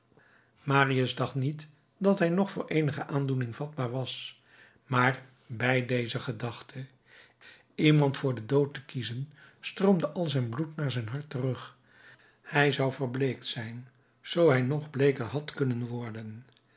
marius dacht niet dat hij nog voor eenige aandoening vatbaar was maar bij deze gedachte iemand voor den dood te kiezen stroomde al zijn bloed naar zijn hart terug hij zou verbleekt zijn zoo hij nog bleeker had kunnen worden